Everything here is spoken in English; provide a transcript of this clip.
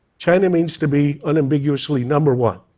china means to be unambiguously number one,